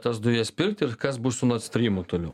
tas dujas pirkti ir kas bus su nordstrymu toliau